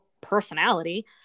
personality